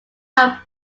had